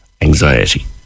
anxiety